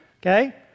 Okay